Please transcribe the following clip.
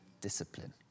discipline